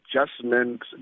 adjustments